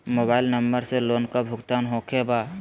Mobile number से loan का भुगतान होखे बा?